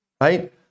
right